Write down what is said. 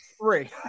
Three